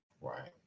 Right